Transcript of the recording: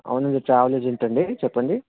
అవునండి travel agent అండి చెప్పండి